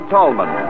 Tallman